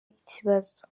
ikibazo